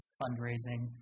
fundraising